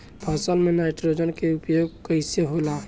फसल में नाइट्रोजन के उपयोग कइसे होला?